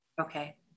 Okay